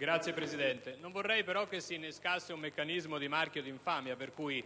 Signor Presidente, non vorrei che si innescasse un meccanismo di marchio d'infamia per cui